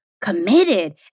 committed